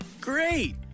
Great